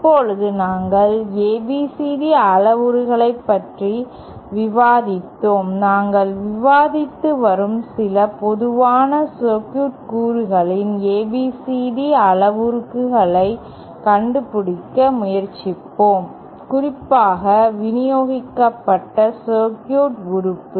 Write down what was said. இப்போது நாங்கள் ABCD அளவுருக்களைப் பற்றி விவாதித்தோம்நாங்கள் விவாதித்து வரும் சில பொதுவான சர்க்யூட் கூறுகளின் ABCD அளவுருக்களை கண்டுபிடிக்க முயற்சிப்போம் குறிப்பாக விநியோகிக்கப்பட்ட சர்க்யூட் உறுப்பு